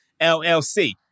LLC